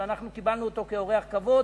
אבל אנחנו קיבלנו אותו כאורח כבוד,